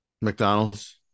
McDonald's